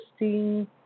interesting